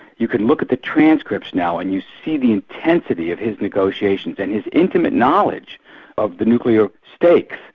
you can look at the transcripts now and you see the intensity of his negotiations and his intimate knowledge of the nuclear stakes,